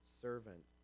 servant